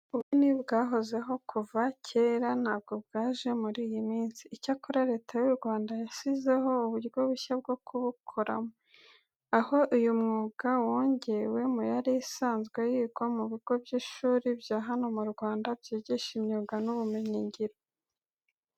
Ubugeni bwahozeho kuva na kera ntabwo bwaje muri iyi minsi. Icyakora Leta y'u Rwanda yashyizeho uburyo bushya bwo kubukoramo, aho uyu mwuga wongewe mu yari isanzwe yigwa mu bigo byinshi bya hano mu Rwanda byigisha imyuga n'ubumenyingiro.